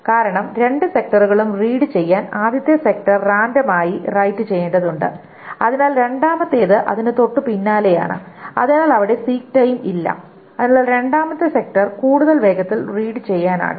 കാരണം രണ്ട് സെക്ടറുകളും റീഡ് ചെയ്യാൻ ആദ്യത്തെ സെക്ടർ റാൻഡം ആയി റൈറ്റ് ചെയ്യേണ്ടതുണ്ട് എന്നാൽ രണ്ടാമത്തേത് അതിന് തൊട്ടുപിന്നാലെയാണ് അതിനാൽ അവിടെ സീക് ടൈം ഇല്ല അതിനാൽ രണ്ടാമത്തെ സെക്ടർ കൂടുതൽ വേഗത്തിൽ റീഡ് ചെയ്യാനാകും